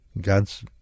God's